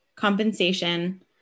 compensation